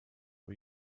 või